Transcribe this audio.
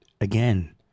Again